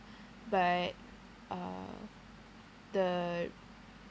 but uh the